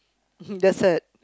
that's it